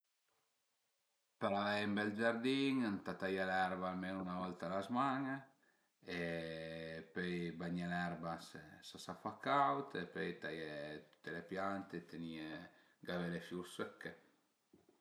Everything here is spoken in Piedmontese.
Për avei ën bel giardin ëntà taié l'erba almenu üna volta a la zman-a e pöi bagné l'erba s'a fa caud e pöi taié tüte le piante, tenìe, gavé le fiur sëcche